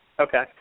Okay